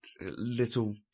little